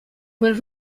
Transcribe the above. quel